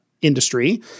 industry